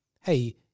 hey